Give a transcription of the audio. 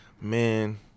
man –